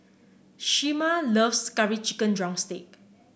Shemar loves Curry Chicken drumstick